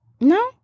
No